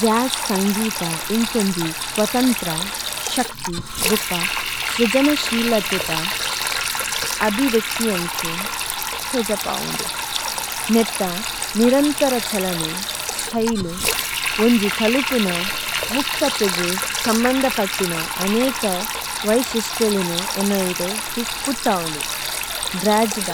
ജാജ് സംഗിദ ഇംകൊംജി സ്വതംത്രാ, ശക്തി, ഗുക്ക, സ്രുജന ശില്ലത്തിദ അഭിവെക്തിയംചേ ഉത്തൊജപാഓംഡു। നേത്ത നിരംതര ചലനേ സ്ടൈളു, ഒംജി തലൂപുന മുക്തത്യഗു സമ്മന്ദപട്ടിന അനേക വൈശിഷ്ടെലിനേ എനായിദ ഉത്പുട്ടാഓംഡു। ബ്രാജ്ദ